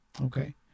Okay